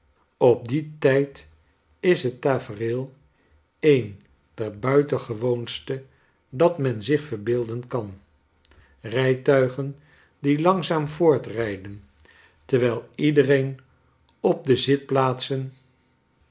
op dien tijd is het tafereel een der buitengewoonste dat men zich verbeeldenkan rijtuigen die langzaam voortrijden terwyl iedereen op de zitplaatsen